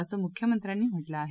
असं मुख्यमंत्र्यांनी म्हटलं आहे